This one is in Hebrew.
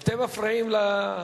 אתם מפריעים לה.